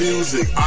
Music